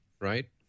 right